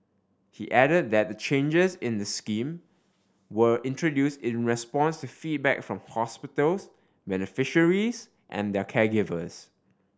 he added that the changes in the scheme were introduce in response to feedback from hospitals beneficiaries and their caregivers